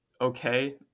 okay